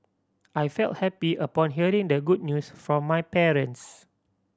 I felt happy upon hearing the good news from my parents